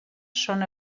són